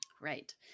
Right